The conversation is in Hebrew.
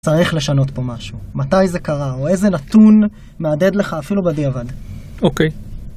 צריך לשנות פה משהו. מתי זה קרה, או איזה נתון מהדהד לך, אפילו בדיעבד. אוקיי.